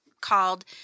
called